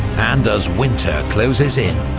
and as winter closes in,